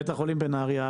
בית החולים בנהריה,